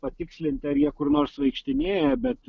patikslint ar jie kur nors vaikštinėja bet